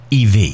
EV